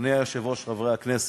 אדוני היושב-ראש, חברי הכנסת,